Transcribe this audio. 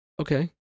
Okay